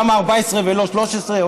למה 14 ולא 13,